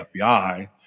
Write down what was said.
FBI